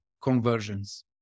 conversions